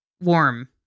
warm